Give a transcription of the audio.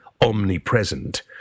omnipresent